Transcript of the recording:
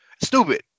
Stupid